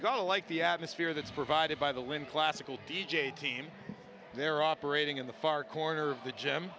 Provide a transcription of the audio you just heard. going to like the atmosphere that's provided by the wind classical d j team they're operating in the far corner of the gym